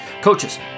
Coaches